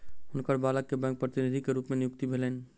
हुनकर बालक के बैंक प्रतिनिधि के रूप में नियुक्ति भेलैन